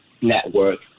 network